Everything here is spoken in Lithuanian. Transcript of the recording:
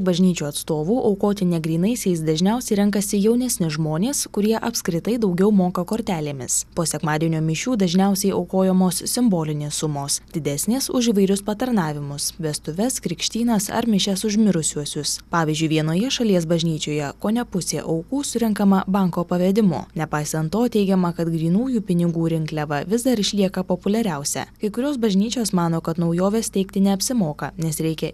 bažnyčių atstovų aukoti ne grynaisiais dažniausiai renkasi jaunesni žmonės kurie apskritai daugiau moka kortelėmis po sekmadienio mišių dažniausiai aukojamos simbolinės sumos didesnės už įvairius patarnavimus vestuves krikštynas ar mišias už mirusiuosius pavyzdžiui vienoje šalies bažnyčioje kone pusė aukų surenkama banko pavedimu nepaisant to teigiama kad grynųjų pinigų rinkliava vis dar išlieka populiariausia kai kurios bažnyčios mano kad naujoves teikti neapsimoka nes reikia